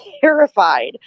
terrified